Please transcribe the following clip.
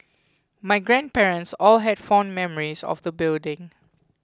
my grandparents all had fond memories of the building